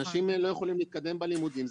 אנשים לא יכולים להתקדם בלימודים,